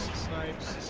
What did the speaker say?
snipes